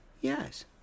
Yes